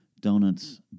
donuts